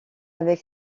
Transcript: avec